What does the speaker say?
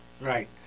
right